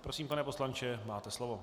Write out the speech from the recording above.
Prosím, pane poslanče, máte slovo.